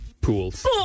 pools